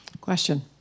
Question